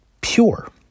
pure